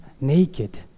naked